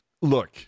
Look